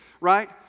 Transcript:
right